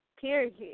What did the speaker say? Period